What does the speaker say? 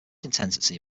intensity